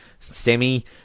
Semi